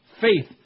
Faith